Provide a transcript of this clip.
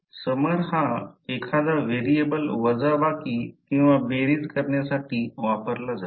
तर समर हा एखादा व्हेरिएबल वजाबाकी किंवा बेरीज करण्यासाठी वापरला जातो